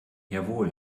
jawohl